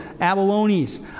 abalones